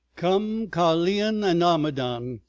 come caerlyon and armedon,